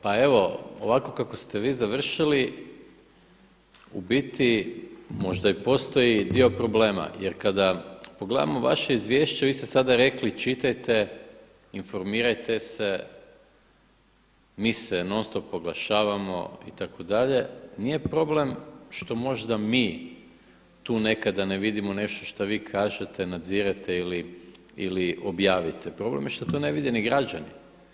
Pa evo kako ste vi završili u biti možda i postoji dio problema, jer kada pogledamo vaše izvješće vi ste sada rekli čitajte, informirajte se mi se non stop oglašavamo itd. nije problem što možda mi tu nekada vidimo nešto šta vi kažete nadzirete ili objavite, problem je što to ne vide ni građani.